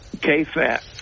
K-FAT